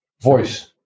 voice